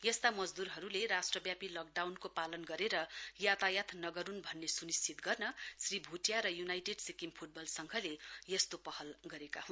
यस्ता मजदूहरुले राष्ट्रव्यापी लकडाउनको पालन गरेर यातायात नगरुन् भन्न सुनिश्चित गर्न श्री भुटिया र युनाइटेड सिक्किम फुटबल संघले यस्तो पहल गरेको हो